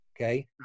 Okay